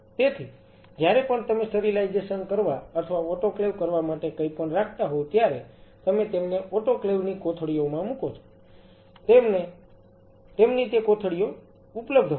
તેથી જ્યારે પણ તમે સ્ટરીલાઈઝેશન કરવા અથવા ઓટોક્લેવ કરવા માટે કંઈપણ રાખતા હોવ ત્યારે તમે તેમને ઓટોક્લેવ ની કોથળીઓમાં મૂકો છો તેમની તે કોથળીઓ ઊપલબ્ધ હોય છે